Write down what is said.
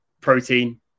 protein